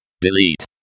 Delete